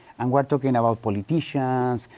and we're talking about politicians,